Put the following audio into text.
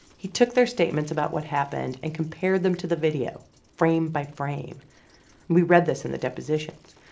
he took their statements about what happened and compared them to the video frame by frame. and we read this in the deposition.